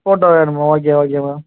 photo வேணுமோ okay okay ma'am